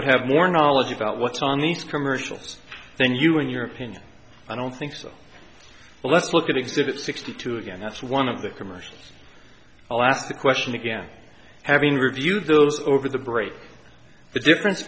would have more knowledge about what's on these commercials then you in your opinion i don't think so let's look at exhibit sixty two again that's one of the commercials i'll ask the question again having reviewed those over the break the difference